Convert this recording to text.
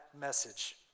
message